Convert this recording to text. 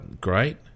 great